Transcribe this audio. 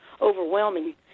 overwhelming